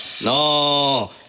no